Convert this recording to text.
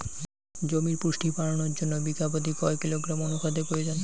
জমির পুষ্টি বাড়ানোর জন্য বিঘা প্রতি কয় কিলোগ্রাম অণু খাদ্যের প্রয়োজন?